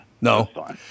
no